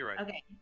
Okay